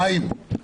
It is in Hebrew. חיים,